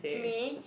me